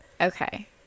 Okay